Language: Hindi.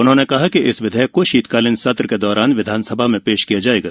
उन्होंने कहा कि इस विधेयक को शीतकालीन सत्र के दौरान विधानसभा में पेश किया जाएगा